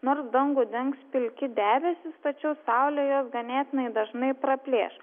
nors dangų dengs pilki debesys tačiau saulė juos ganėtinai dažnai praplėš